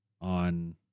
on